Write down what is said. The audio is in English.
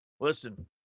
Listen